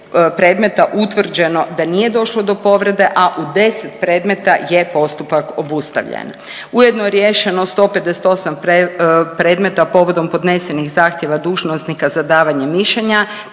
u 10 predmeta utvrđeno da nije došlo do povrede, a u 10 predmeta je postupak obustavljen. Ujedno je riješeno 158 predmeta povodom podnesenih zahtjeva dužnosnika za davanje mišljenja